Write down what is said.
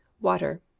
Water